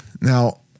Now